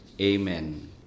Amen